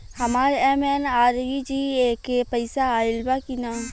हमार एम.एन.आर.ई.जी.ए के पैसा आइल बा कि ना?